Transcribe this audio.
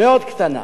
מאוד קטנה,